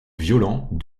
violents